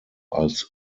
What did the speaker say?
als